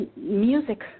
music